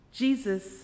Jesus